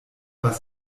was